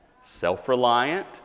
self-reliant